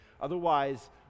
Otherwise